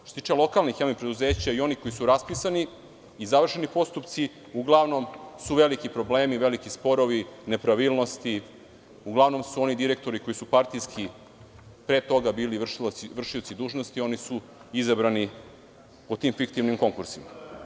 Što se tiče lokalnih javnih preduzeća i oni koji su raspisani i završeni postupci, uglavnom su veliki problemi i veliki sporovi, nepravilnosti, uglavnom su oni direktori koji su partijski pre toga bili vršioci dužnosti i oni su izabrani po tim fiktivnim konkursima.